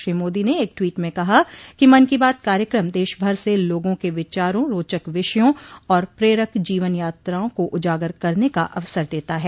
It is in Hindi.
श्री मोदी ने एक ट्वीट में कहा कि मन की बात कार्यक्रम देशभर से लोगों के विचारों रोचक विषयों और प्रेरक जीवन यात्राओं को उजागर करने का अवसर देता है